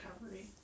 recovery